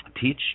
teach